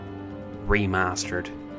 Remastered